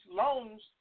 loans